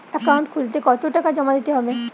Account খুলতে কতো টাকা জমা দিতে হবে?